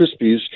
Krispies